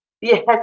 Yes